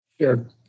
Sure